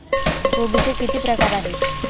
कोबीचे किती प्रकार आहेत?